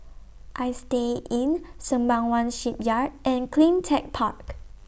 Istay Inn Sembawang Shipyard and CleanTech Park